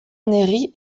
neri